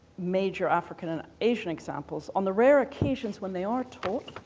major african and asian examples. on the rare occasions when they are taught,